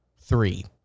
three